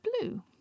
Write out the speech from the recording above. blue